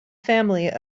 family